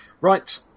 Right